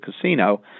casino